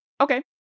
Okay